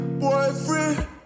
boyfriend